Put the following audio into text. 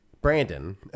Brandon